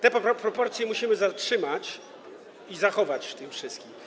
Te proporcje musimy zatrzymać i zachować w tym wszystkim.